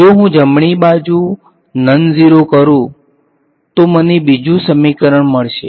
જો હું જમણી બાજુ નનઝીરો કરું તો મને બીજું સમીકરણ મળશે